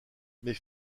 mais